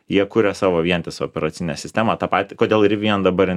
jie kuria savo vientisą operacinę sistemą tą patį kodėl į rivian dabar